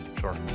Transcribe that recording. Sure